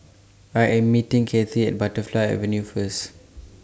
I Am meeting Cathie At Butterfly Avenue First